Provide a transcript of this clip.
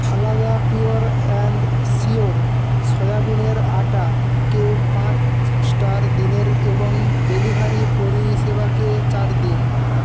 Phalada pure and sure সয়াবিনের আটাকে পাঁচ স্টার দিনের এবং ডেলিভারি পরিষেবাকে চার দিন